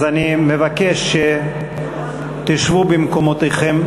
אז אני מבקש שתשבו במקומותיכם.